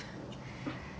that's why